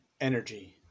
energy